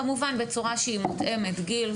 כמובן בצורה שהיא מותאמת גיל.